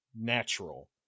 natural